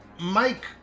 Mike